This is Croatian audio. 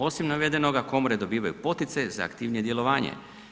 Osim navedenoga, komore dobivaju poticaje za aktivnije djelovanje.